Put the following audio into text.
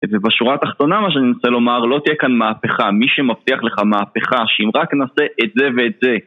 ובשורה התחתונה, מה שאני מנסה לומר, לא תהיה כאן מהפכה, מי שמבטיח לך מהפכה, שאם רק נעשה את זה ואת זה.